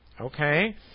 okay